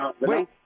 Wait